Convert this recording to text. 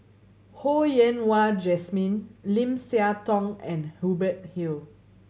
Ho Yen Wah Jesmine Lim Siah Tong and Hubert Hill